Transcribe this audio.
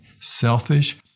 selfish